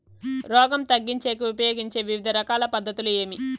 రోగం తగ్గించేకి ఉపయోగించే వివిధ రకాల పద్ధతులు ఏమి?